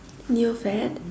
new fad